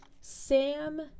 Sam